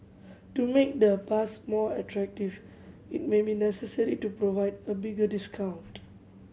to make the pass more attractive it may be necessary to provide a bigger discount